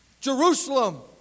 Jerusalem